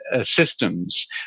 systems